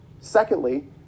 Secondly